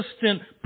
persistent